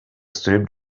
strip